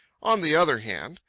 on the other hand,